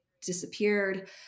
disappeared